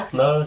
no